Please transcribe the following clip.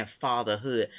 fatherhood